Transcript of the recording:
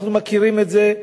אנחנו מכירים את זה.